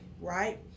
right